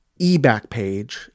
eBackpage